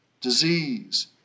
disease